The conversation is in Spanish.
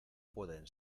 pueden